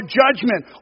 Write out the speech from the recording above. judgment